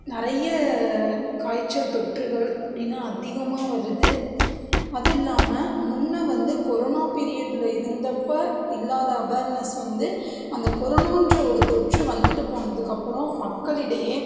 நிறைய காய்ச்சல் தொற்றுகள் அப்படின்னு அதிகமாக வருது அதுவும் இல்லாமல் முன்னே வந்து கொரோனா பீரியட்டில் இருந்தப்போ இல்லாத அவேர்னஸ் வந்து அந்த கொரோனோன்ற ஒரு தொற்று வந்துவிட்டு போனதுக்கப்புறம் மக்களிடையே